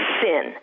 sin